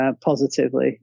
positively